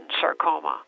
sarcoma